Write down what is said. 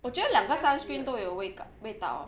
我觉得两个 sunscreen 都有味味道